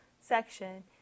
section